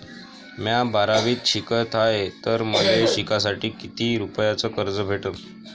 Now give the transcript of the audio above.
म्या बारावीत शिकत हाय तर मले शिकासाठी किती रुपयान कर्ज भेटन?